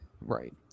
Right